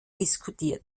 diskutiert